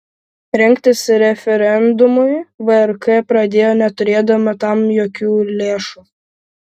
rengtis referendumui vrk pradėjo neturėdama tam jokių lėšų